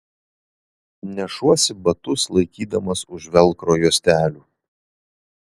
nešuosi batus laikydamas už velkro juostelių